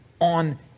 on